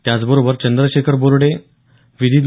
त्याचबरोबर चंद्रशेखर बोर्डे एड